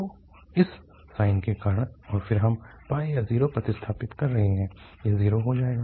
तो इस साइन के कारण और फिर हम या 0 प्रतिस्थापित कर रहे हैं यह 0 हो जाएगा